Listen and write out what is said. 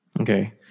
Okay